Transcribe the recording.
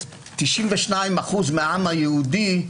92% מהעם היהודי,